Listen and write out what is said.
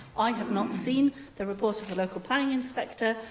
i have not seen the report of the local planning inspector.